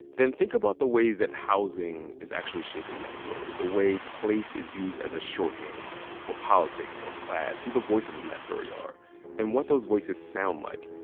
then think about the ways that housing is actually shaping that story, the way place is used as a shorthand for politics or class, who the voices in that story are and what those voices sound like.